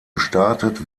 gestartet